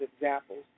examples